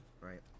right